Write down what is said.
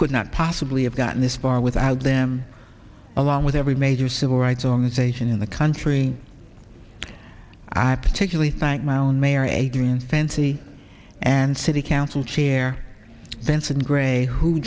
could not possibly have gotten this far without them along with every major civil rights organization in the country i particularly thank my own mayor adrian fenty and city council chair vincent gray who